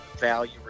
value